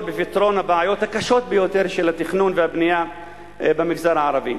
בפתרון הבעיות הקשות ביותר של תכנון ובנייה במגזר הערבי.